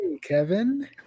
Kevin